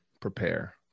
prepare